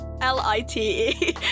L-I-T-E